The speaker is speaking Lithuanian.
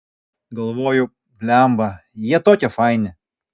galvoju blemba jie tokie faini